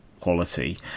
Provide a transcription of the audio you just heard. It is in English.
Quality